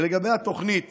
לגבי התוכנית